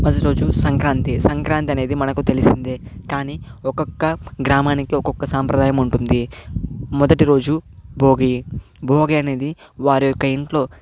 రోజు సంక్రాంతి సంక్రాంతి అనేది మనకు తెలిసిందే కానీ ఒక్కొక్క గ్రామానికి ఒక్కొక్క సాంప్రదాయం ఉంటుంది మొదటి రోజు భోగి భోగి అనేది వారి యొక్క ఇంట్లో